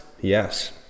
yes